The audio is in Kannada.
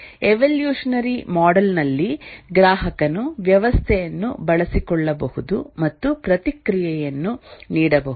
ಎವೊಲ್ಯೂಷನರಿ ಮಾಡೆಲ್ ನಲ್ಲಿ ಗ್ರಾಹಕನು ವ್ಯವಸ್ಥೆಯನ್ನು ಬಳಸಿಕೊಳ್ಳಬಹುದು ಮತ್ತು ಪ್ರತಿಕ್ರಿಯೆಯನ್ನು ನೀಡಬಹುದು